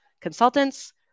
consultants